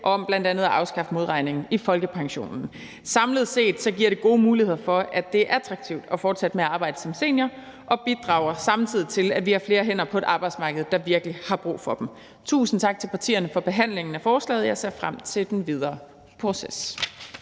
om bl.a. at afskaffe modregning i folkepensionen. Samlet set giver det gode muligheder for, at det er attraktivt at fortsætte med at arbejde som senior, og bidrager samtidig til, at vi har flere hænder på et arbejdsmarked, der virkelig har brug for dem. Tusind tak til partierne for behandlingen af forslaget. Jeg ser frem til den videre proces.